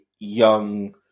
young